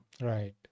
Right